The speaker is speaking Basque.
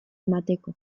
emateko